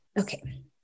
Okay